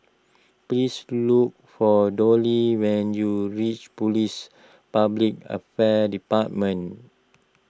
please look for Dolly when you reach Police Public Affairs Department